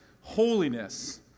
holiness